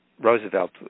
Roosevelt